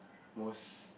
most